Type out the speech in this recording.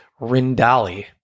Rindali